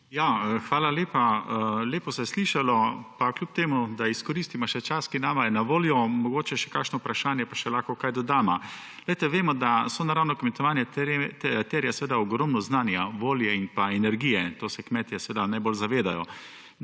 hvala lepa. Lepo se je slišalo, pa kljub temu da izkoristiva še čas, ki nama je na voljo, mogoče še kakšno vprašanje pa še lahko kaj dodava. Vemo, da sonaravno kmetovanje terja seveda ogromno znanja, volje in energije. Tega se kmetje seveda najbolj zavedajo.